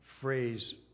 phrase